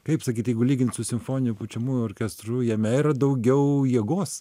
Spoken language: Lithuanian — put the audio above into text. kaip sakyt jeigu lyginti su simfoniniu pučiamųjų orkestru jame yra daugiau jėgos